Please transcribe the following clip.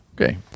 okay